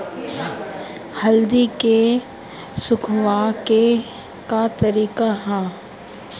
हल्दी के सुखावे के का तरीका ह?